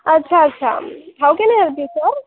अच्छा अच्छा how can I help you sir